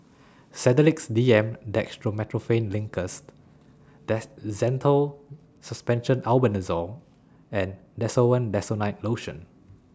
Sedilix D M Dextromethorphan Linctus Zental Suspension Albendazole and Desowen Desonide Lotion